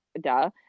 duh